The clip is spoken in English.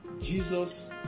Jesus